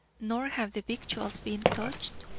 nor have the victuals been touched.